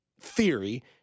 theory